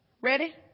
Ready